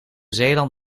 zeeland